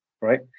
Right